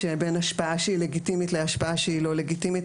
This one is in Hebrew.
שבין השפעה שהיא לגיטימית להשפעה שהיא לא לגיטימית,